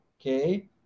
Okay